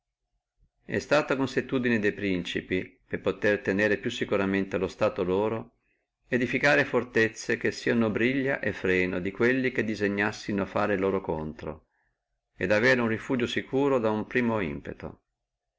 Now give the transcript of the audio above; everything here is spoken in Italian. è suta consuetudine de principi per potere tenere più securamente lo stato loro edificare fortezze che sieno la briglia e il freno di quelli che disegnassino fare loro contro et avere uno refugio securo da uno subito impeto